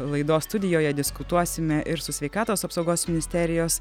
laidos studijoje diskutuosime ir su sveikatos apsaugos ministerijos